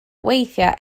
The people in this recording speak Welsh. weithiau